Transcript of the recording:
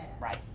Right